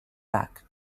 back